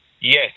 Yes